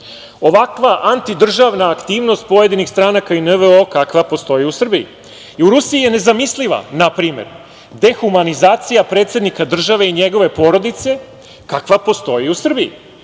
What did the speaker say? ovakva antidržavna aktivnost pojedinih stranaka i NVO kakva postoji u Srbiji. I u Rusiji je nezamisliva, na primer, dehumanizacija predsednika države i njegove porodice kakva postoji u Srbiji